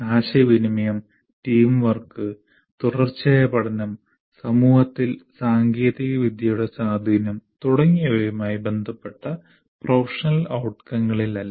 ആശയവിനിമയം team work തുടർച്ചയായ പഠനം സമൂഹത്തിൽ സാങ്കേതികവിദ്യയുടെ സ്വാധീനം തുടങ്ങിയവയുമായി ബന്ധപ്പെട്ട പ്രൊഫഷണൽ ഔട്ക്കങ്ങളിലല്ല